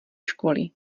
školy